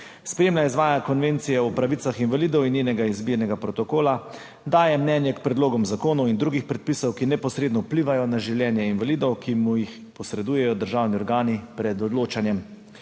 spremlja in izvaja Konvencijo o pravicah invalidov in njene izbirni protokol, daje mnenje k predlogom zakonov in drugih predpisov, ki neposredno vplivajo na življenje invalidov, ki mu jih posredujejo državni organi pred odločanjem,